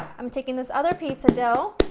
i'm taking this other pizza dough,